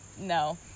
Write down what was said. No